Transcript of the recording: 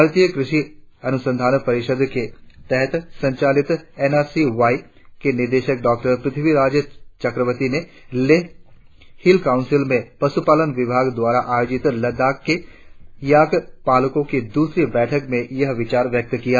भारतीय कृषि अनुसंधान परिषद के तहत संचालित एनआरसी वाई के निदेशक डॉक्टर पृथ्वीराज चक्रवर्ती ने लेह हिल काउंसिल के पशुपालन विभाग द्वारा आयोजित लद्दाख के याक पालकों की दूसरी बैठक में ये विचार व्यक्त किए